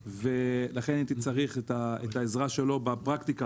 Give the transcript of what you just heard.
ולכן הייתי צריך את העזרה שלו בפרקטיקה,